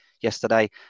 yesterday